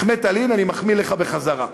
החמאת לי, אני מחמיא לך בחזרה.